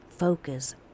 Focus